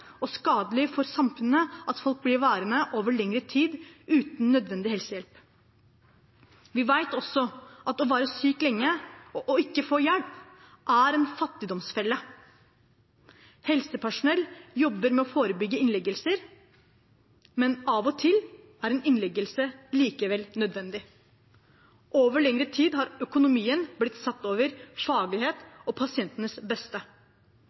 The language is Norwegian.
og skadelig for samfunnet at folk blir værende over lengre tid uten nødvendig helsehjelp. Vi vet også at å være syk lenge og ikke få hjelp, er en fattigdomsfelle. Helsepersonell jobber med å forebygge innleggelser, men av og til er en innleggelse likevel nødvendig. Over lengre tid har økonomien blitt satt over faglighet og pasientens beste.